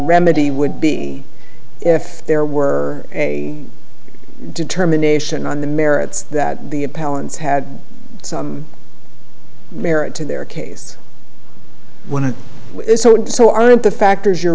remedy would be if there were a determination on the merits that the appellant's had some merit to their case when it so aren't the factors you're